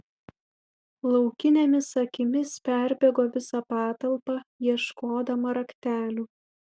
laukinėmis akimis perbėgo visą patalpą ieškodama raktelių